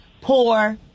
poor